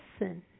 listen